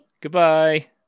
Goodbye